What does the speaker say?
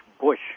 Bush